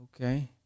okay